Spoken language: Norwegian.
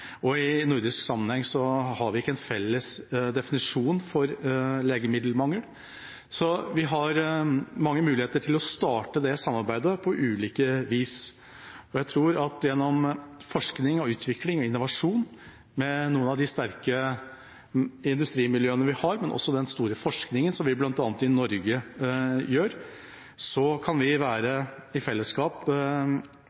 legemiddelmangel. Vi har mange muligheter til å starte det samarbeidet på ulike vis. Jeg tror at gjennom forskning og utvikling og innovasjon sammen med noen av de sterke industrimiljøene vi har, men også den store forskningen bl.a. vi i Norge gjør, kan vi i fellesskap være